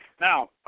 Now